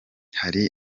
hari